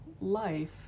life